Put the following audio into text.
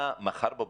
מה מחר בבוקר,